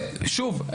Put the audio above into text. שוב,